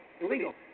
illegal